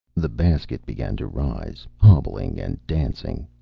the basket began to rise, hobbling and dancing.